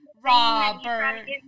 Robert